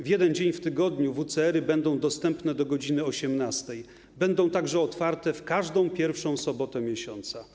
W jeden dzień w tygodniu WCR-y będą dostępne do godz. 18, będą także otwarte w każdą pierwszą sobotę miesiąca.